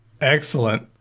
Excellent